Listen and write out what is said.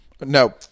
No